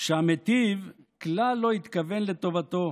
שהמיטיב כלל לא התכוון לטובתו,